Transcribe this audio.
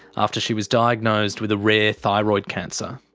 after she was diagnosed with a rare thyroid cancer.